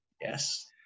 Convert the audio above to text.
Yes